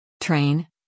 Train